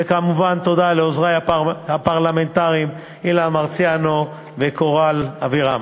וכמובן תודה לעוזרי הפרלמנטריים אילן מרסיאנו וקורל אבירם.